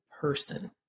person